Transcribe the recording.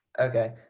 Okay